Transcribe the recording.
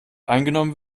eingenommen